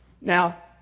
Now